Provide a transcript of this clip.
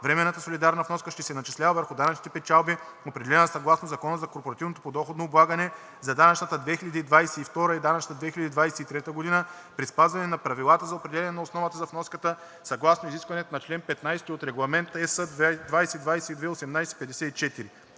Временната солидарна вноска ще се изчислява върху данъчните печалби, определени съгласно Закона за корпоративното подоходно облагане, за данъчната 2022 г. и данъчната 2023 г. при спазване на правилата за определяне на основата за вноската съгласно изискванията на чл. 15 от Регламент ЕС 2022/1854.